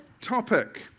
topic